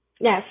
Yes